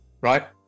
Right